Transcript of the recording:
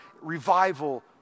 revival